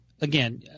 again